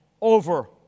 over